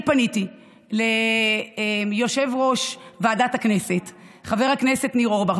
אני פניתי ליושב-ראש ועדת הכנסת חבר הכנסת ניר אורבך,